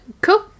cool